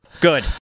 Good